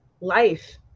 life